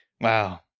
Wow